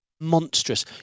monstrous